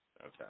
Okay